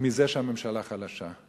מזה שהממשלה חלשה.